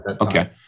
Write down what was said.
Okay